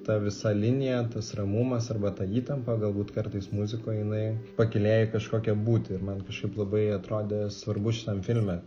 ta visa linija tas ramumas arba ta įtampa galbūt kartais muzikoj jinai pakylėja į kažkokią būtį ir man kažkaip labai atrodė svarbu šitam filme